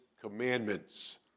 commandments